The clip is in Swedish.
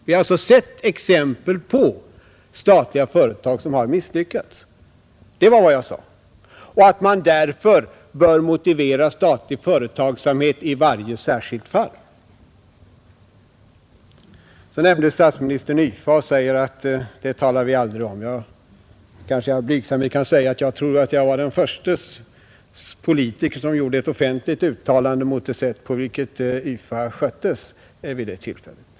Vi har sett exempel på statliga företag som har misslyckats och därför bör man motivera statlig företagsamhet i varje särskilt fall. Så nämner statsministern YFA och säger att det talar vi aldrig om. Jag vill i all blygsamhet erinra om att jag kanske var den förste politiker som gjorde ett offentligt uttalande mot det sätt på vilket YFA sköttes vid det tillfället.